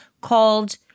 called